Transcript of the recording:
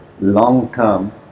long-term